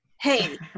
Hey